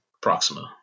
Proxima